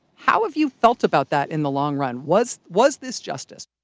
how have you felt about that in the long run? was was this justice?